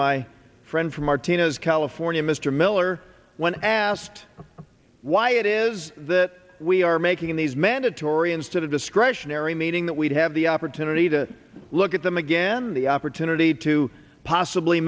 my friend from martinez california mr miller when asked why it is that we are making these mandatory instead of discretionary meeting that we'd have the opportunity to look at them again the opportunity to possibly